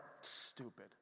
stupid